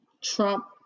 Trump